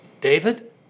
David